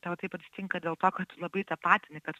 tau taip atsitinka dėl to kad labai tapatini kad